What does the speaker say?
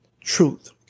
truth